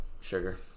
Sugar